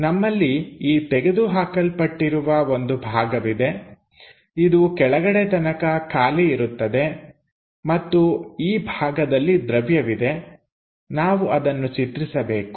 ನಮ್ಮಲ್ಲಿ ಈ ತೆಗೆದುಹಾಕಲ್ಪಟ್ಟಿರುವ ಒಂದು ಭಾಗವಿದೆ ಇದು ಕೆಳಗಡೆ ತನಕ ಖಾಲಿ ಇರುತ್ತದೆ ಮತ್ತು ಈ ಭಾಗದಲ್ಲಿ ದ್ರವ್ಯವಿದೆ ನಾವು ಅದನ್ನು ಚಿತ್ರಿಸಬೇಕು